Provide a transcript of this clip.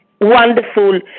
wonderful